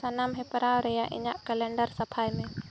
ᱥᱟᱱᱟᱢ ᱦᱮᱯᱨᱟᱣ ᱨᱮᱭᱟᱜ ᱤᱧᱟᱹᱜ ᱠᱮᱞᱮᱱᱰᱟᱨ ᱥᱟᱯᱷᱟᱭ ᱢᱮ